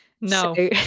No